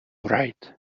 write